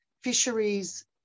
fisheries